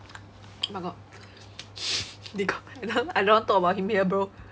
oh my god they got I don't want to talk about him here bro